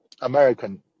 American